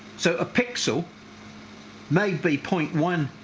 so a pixel may be point one,